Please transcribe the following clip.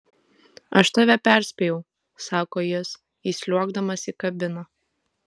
aš tave perspėjau sako jis įsliuogdamas į kabiną